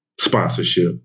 sponsorship